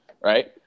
Right